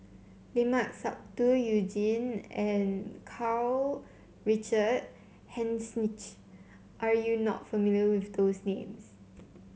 Limat Sabtu You Jin and Karl Richard Hanitsch are you not familiar with those names